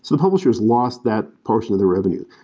so publishers lost that portion of the revenue.